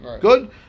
Good